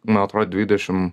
man atrodo dvidešimt